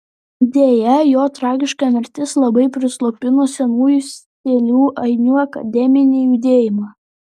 deja jo tragiška mirtis labai prislopino senųjų sėlių ainių akademinį judėjimą